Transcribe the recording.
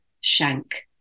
shank